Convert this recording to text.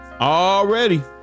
Already